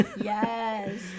Yes